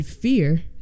fear